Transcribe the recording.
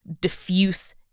diffuse